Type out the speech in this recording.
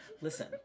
Listen